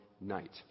night